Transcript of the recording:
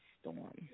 storm